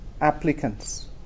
applicants